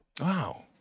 Wow